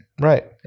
Right